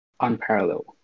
unparalleled